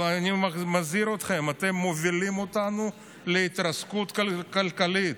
אבל אני מזהיר אתכם: אתם מובילים אותנו להתרסקות כלכלית.